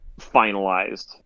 finalized